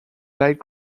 light